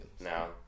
no